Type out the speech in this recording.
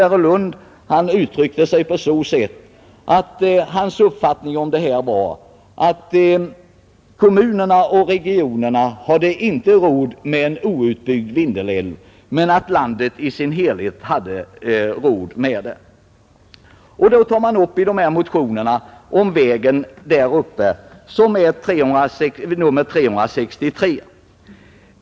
uttryckte sig på så sätt att hans uppfattning om detta var att kommunerna och regionerna inte hade råd med en outbyggd Vindelälv men att landet i sin helhet hade råd med det. I dessa motioner tar man upp väg 363.